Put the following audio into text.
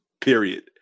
Period